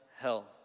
hell